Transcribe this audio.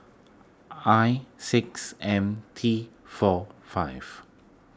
I six M T four five